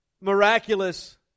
Miraculous